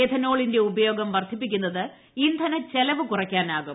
എഥനോളിന്റെ ഉപയോഗം വർദ്ധിപ്പിക്കുന്നത് ഇന്ധനച്ചെലവ് കുറയ്ക്കാനാകും